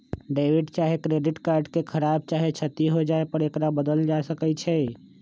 debit चाहे credit card के खराप चाहे क्षति हो जाय पर एकरा बदल सकइ छी